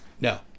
No